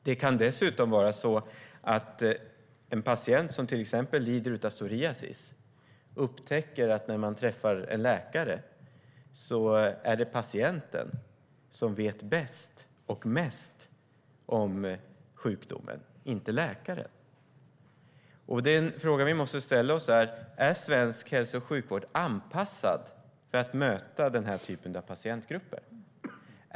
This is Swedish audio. Det kan dessutom vara så att en patient som till exempel lider av psoriasis upptäcker att när den träffar en läkare är det patienten som vet bäst och mest om sjukdomen och inte läkaren. Frågan vi måste ställa oss är: Är svensk hälso och sjukvård anpassad för att möta den här typen av patientgrupper?